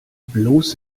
bloß